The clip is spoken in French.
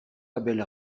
abel